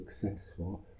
successful